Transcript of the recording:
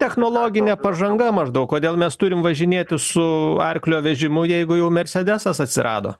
technologinė pažanga maždaug kodėl mes turim važinėti su arklio vežimu jeigu jau mersedesas atsirado